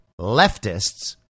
leftists